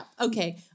Okay